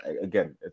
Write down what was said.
again